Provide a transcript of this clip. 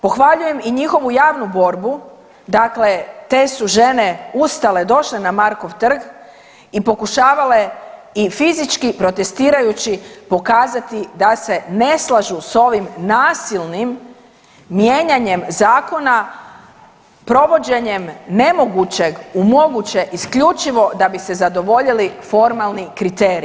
Pohvaljujem i njihovu javnu borbu, dakle te su žene ustale, došle na Markov trg i pokušavale i fizički protestirajući pokazati da se ne slažu sa ovim nasilnim mijenjanjem zakona provođenjem nemogućeg u moguće isključivo da bi se zadovoljili formalni kriteriji.